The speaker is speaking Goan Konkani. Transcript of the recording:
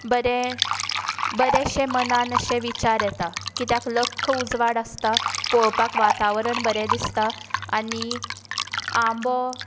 बरें बरेंशें मनांत अशे विचार येता कित्याक लख्ख उजवाड आसता पळोवपाक वातावरण बरें दिसता आनी आंबो